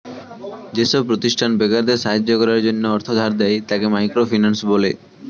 যেসব প্রতিষ্ঠান বেকারদের সাহায্য করার জন্য অর্থ ধার দেয়, তাকে মাইক্রো ফিন্যান্স বলে